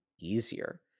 easier